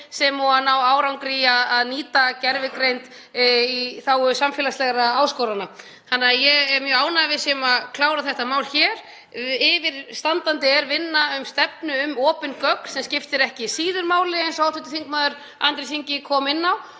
sem og að ná árangri í að nýta gervigreind í þágu samfélagslegra áskorana, þannig að ég er mjög ánægð með að við séum að klára þetta mál hér. Yfirstandandi er vinna um stefnu um opin gögn, sem skiptir ekki síður máli, eins og hv. þm. Andrés Ingi Jónsson kom inn á.